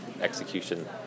execution